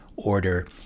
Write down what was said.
order